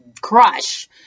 crush